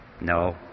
No